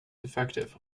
effective